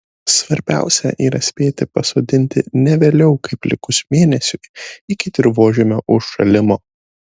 svarbiausia yra spėti pasodinti ne vėliau kaip likus mėnesiui iki dirvožemio užšalimo